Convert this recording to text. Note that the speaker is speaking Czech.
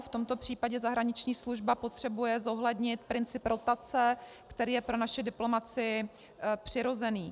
V tomto případě zahraniční služba potřebuje zohlednit princip rotace, který je pro naši diplomacii přirozený.